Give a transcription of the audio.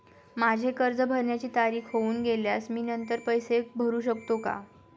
माझे कर्ज भरण्याची तारीख होऊन गेल्यास मी नंतर पैसे भरू शकतो का?